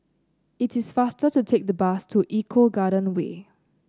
it is faster to take the bus to Eco Garden Way